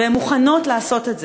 והן מוכנות לעשות את זה,